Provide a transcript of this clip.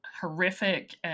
horrific